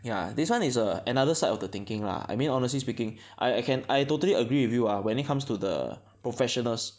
ya this one is a another side of the thinking lah I mean honestly speaking I I can I totally agree with you ah when it comes to the professionals